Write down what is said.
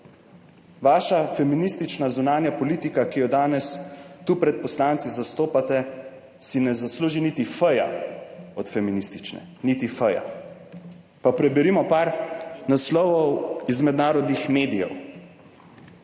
Vaša feministična zunanja politika, ki jo danes tu pred poslanci zastopate, si ne zasluži niti »f-ja« od feministične niti »f-ja«. Pa preberimo par naslovov iz mednarodnih medijev.